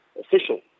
official